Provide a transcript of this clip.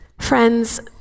Friends